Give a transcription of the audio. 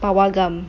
pawagam